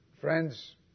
Friends